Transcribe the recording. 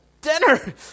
dinner